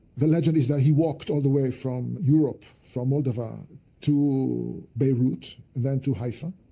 the legend is that he walked all the way from europe, from moldova to beirut, then to haifa.